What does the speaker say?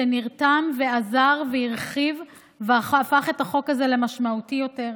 שנרתם ועזר והרחיב והפך את החוק הזה למשמעותי יותר.